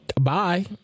Bye